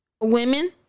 women